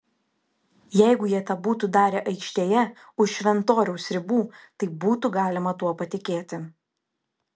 jeigu jie tą būtų darę aikštėje už šventoriaus ribų tai būtų galima tuo patikėti